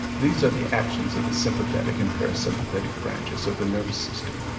these are the actions of the sympathetic and parasympathetic branches of the nervous system.